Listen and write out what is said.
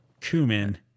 cumin